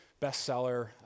bestseller